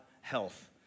health